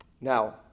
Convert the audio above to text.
Now